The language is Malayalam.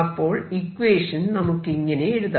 അപ്പോൾ ഇക്വേഷൻ നമുക്കിങ്ങനെ എഴുതാം